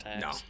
no